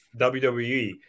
WWE